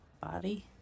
body